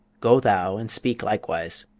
go thou and speak likewise.